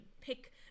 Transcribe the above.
pick